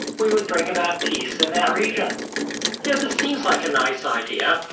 we would bring about peace in that region you know this seems like a nice idea,